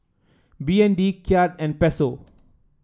B N D Kyat and Peso